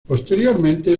posteriormente